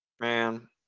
Man